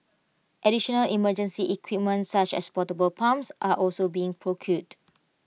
additional emergency equipment such as portable pumps are also being procured